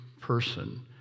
person